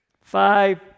Five